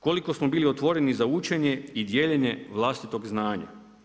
Koliko smo bili otvoreni za učenje i dijeljenje vlastitog znanja?